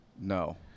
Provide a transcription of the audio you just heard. No